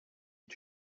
est